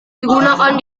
digunakan